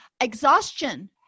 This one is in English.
exhaustion